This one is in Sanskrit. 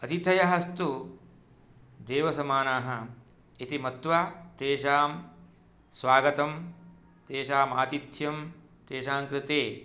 अतिथयःस्तु देवसमानाः इति मत्वा तेषां स्वागतं तेषाम् आतिथ्यं तेषाङ्कृते